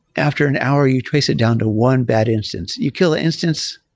after an hour you trace it down to one bad instance. you kill the instance,